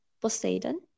Poseidon